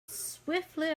swiftly